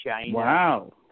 Wow